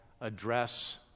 address